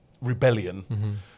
rebellion